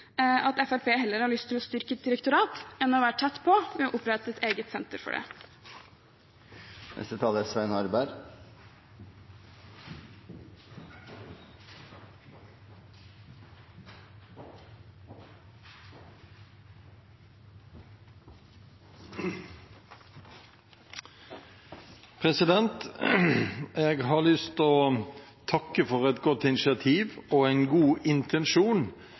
at Fremskrittspartiet heller vil styrke et direktorat enn å være tett på ved å opprette et eget senter for dette. Jeg har lyst til å takke for et godt initiativ og en god intensjon,